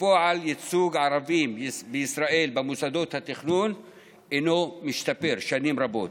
בפועל ייצוג הערבים בישראל במוסדות התכנון אינו משתפר שנים רבות.